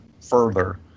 further